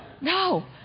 No